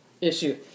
issue